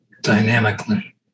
dynamically